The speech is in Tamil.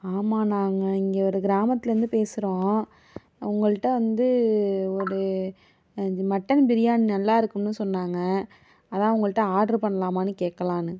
ஆமாம் நாங்கள் இங்கே ஒரு கிராமத்திலேந்து பேசுகிறோம் உங்கள்கிட்ட வந்து ஒரு மட்டன் பிரியாணி நல்லாயிருக்குன்னு சொன்னாங்க அதுதான் உங்கள்கிட்ட ஆடர் பண்ணலாமானு கேட்கலான்னு